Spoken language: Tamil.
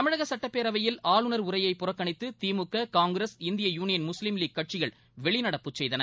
தமிழக சுட்டப் பேரவையில் ஆளுநர் உரையை புறக்கணித்து DMK Congress Indian Union Muslim League கட்சிகள் வெளிநடப்பு செய்தன